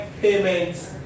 payments